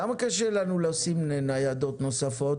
למה קשה לנו לשים ניידות נוספות?